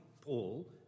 Paul